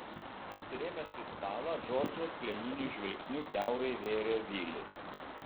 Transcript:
atsirėmęs į stalą džordžas plieniniu žvilgsniu kiaurai vėrė vilį